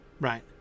right